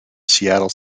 seattle